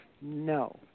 no